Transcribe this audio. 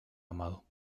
amado